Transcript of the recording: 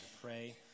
pray